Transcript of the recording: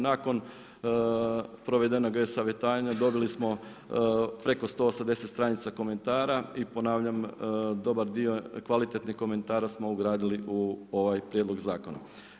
Nakon provedenog e-savjetovanja dobili smo preko 180 stranica komentara i ponavljam dobar dio kvalitetnih komentara smo ugradili u ovaj prijedlog zakona.